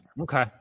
Okay